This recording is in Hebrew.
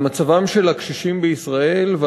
על מצבם של הקשישים בישראל,